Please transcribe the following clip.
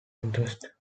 interest